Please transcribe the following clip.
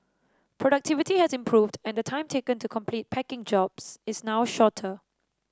productivity has improved and the time taken to complete packing jobs is now shorter